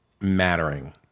mattering